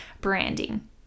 branding